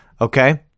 okay